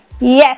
Yes